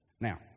Now